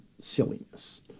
silliness